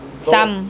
some